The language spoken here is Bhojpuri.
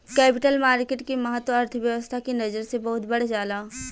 कैपिटल मार्केट के महत्त्व अर्थव्यस्था के नजर से बहुत बढ़ जाला